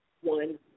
one